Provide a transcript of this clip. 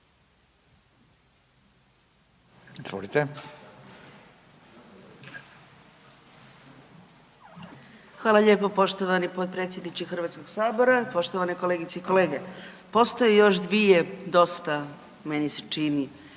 Hvala lijepo poštovani potpredsjedniče Hrvatskog sabora. Poštovane kolegice i kolege, postoje još dvije dosta meni se čini